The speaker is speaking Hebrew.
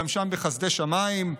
גם שם, בחסדי שמיים,